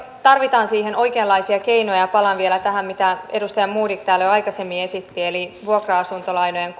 tarvitsemme siihen oikeanlaisia keinoja ja palaan vielä tähän mitä edustaja modig täällä jo aikaisemmin esitti eli vuokra asuntolainojen